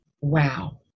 wow